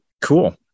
Cool